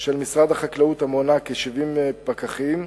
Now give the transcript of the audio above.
של משרד החקלאות, המונה כ-70 פקחים.